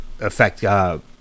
affect